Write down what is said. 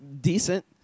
decent